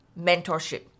mentorship